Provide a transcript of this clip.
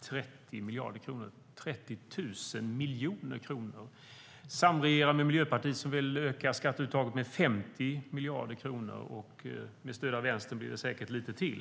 30 miljarder kronor - det är 30 000 miljoner kronor - och samregera med Miljöpartiet som vill öka skatteuttaget med 50 miljarder kronor. Med stöd av Vänstern blir det säkert lite till.